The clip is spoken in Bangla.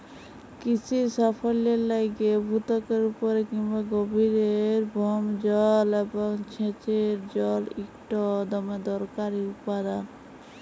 কিসির সাফল্যের লাইগে ভূত্বকের উপরে কিংবা গভীরের ভওম জল এবং সেঁচের জল ইকট দমে দরকারি উপাদাল